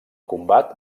combat